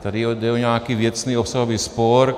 Tady jde o nějaký věcný obsahový spor.